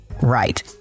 Right